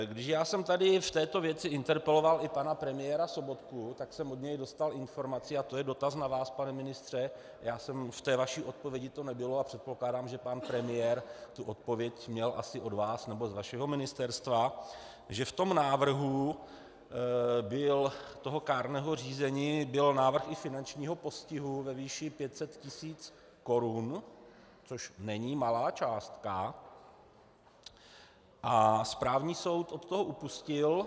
Když já jsem v této věci interpeloval i pana premiéra Sobotku, tak jsem od něj dostal informaci a to je dotaz na vás, pane ministře, ve vaší odpovědi to nebylo a předpokládám, že pan premiér tu odpověď měl asi od vás nebo z vašeho ministerstva , že v tom návrhu kárného řízení byl návrh i finančního postihu ve výši 500 tis. korun, což není malá částka, a správní soud od toho upustil.